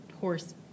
horse